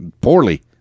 poorly